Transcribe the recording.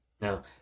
Now